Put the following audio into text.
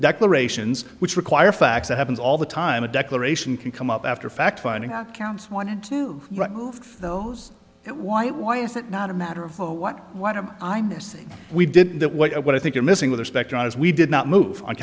declarations which require facts that happens all the time a declaration can come up after a fact finding out counts wanted to write off those why why is that not a matter for what what am i missing we did that what i think you're missing with respect and as we did not move on